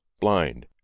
Blind